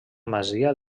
masia